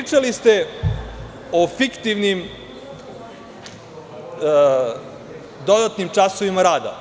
Pričali ste o fiktivnim dodatnim časovima rada.